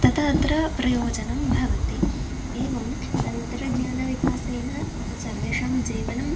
तथा अत्र प्रयोजनं भवति एवं तन्त्रज्ञानविकासेन सर्वेषां जीवनं